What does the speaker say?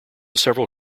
several